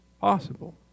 possible